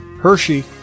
Hershey